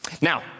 Now